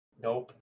nope